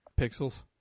pixels